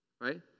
Right